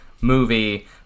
movie